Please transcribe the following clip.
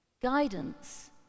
Guidance